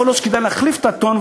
יכול להיות שכדאי להחליף את הטון,